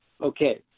okay